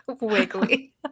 Wiggly